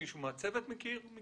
אולי מישהו מהצוות מכיר?